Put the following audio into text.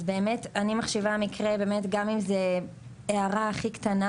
אז באמת אני מחשיבה מקרה באמת גם אם זה הערה הכי קטנה